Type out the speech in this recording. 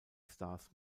stars